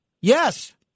Yes